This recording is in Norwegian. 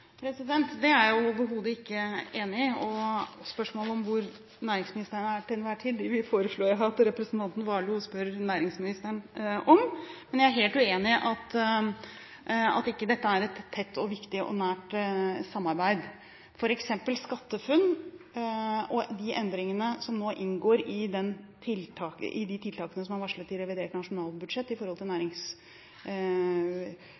Det er jeg jo overhodet ikke enig i, og spørsmålet om hvor næringsministeren er til enhver tid, foreslår jeg at representanten Warloe spør næringsministeren om. Men jeg er helt uenig i at ikke dette er et tett, viktig og nært samarbeid. For eksempel er SkatteFUNN og de endringene som nå inngår i de tiltakene som er varslet i revidert nasjonalbudsjett når det gjelder næringspolitikken, nettopp et eksempel på hvordan vi ser disse i